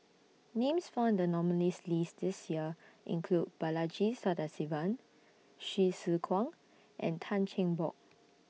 Names found in The nominees' list This Year include Balaji Sadasivan Hsu Tse Kwang and Tan Cheng Bock